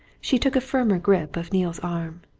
she took a firmer grip of neale's arm.